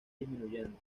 disminuyendo